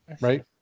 Right